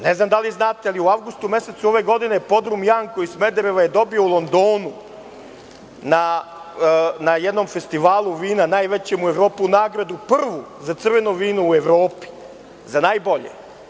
Ne znam da li znate, ali u avgustu mesecu ove godine podrum „Janko“ iz Smedereva je dobio u Londonu, na jednom festivalu fina, najvećem u Evropi, prvu nagradu za crveno vino u Evropi, za najbolje.